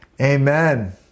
Amen